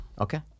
Okay